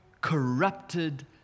corrupted